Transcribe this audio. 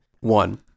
One